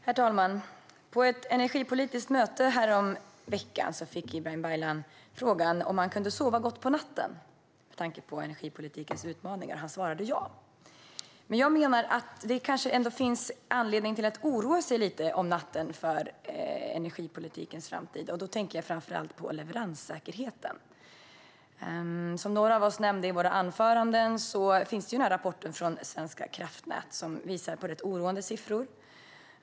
Herr talman! På ett energipolitiskt möte häromveckan fick Ibrahim Baylan frågan om han kunde sova gott på natten med tanke på energipolitikens utmaningar. Han svarade ja. Jag menar dock att det kanske ändå finns anledning att oroa sig lite för energipolitikens framtid om natten, och då tänker jag framför allt på leveranssäkerheten. Som några av oss nämnde i våra anföranden finns en rapport från Svenska kraftnät som visar på rätt oroande siffror.